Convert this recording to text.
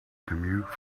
commute